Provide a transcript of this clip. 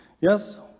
Yes